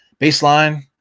Baseline